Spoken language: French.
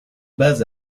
base